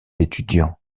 étudiants